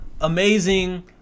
amazing